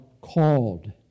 called